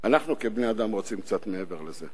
אנחנו, כבני-אדם, רוצים קצת מעבר לזה.